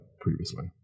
previously